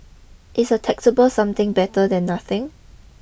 is a taxable something better than nothing